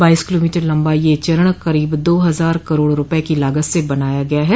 बाईस किलोमीटर लंबा यह चरण करीब दो हजार करोड़ रुपये की लागत से बनाया गया है